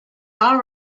all